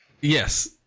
Yes